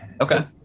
Okay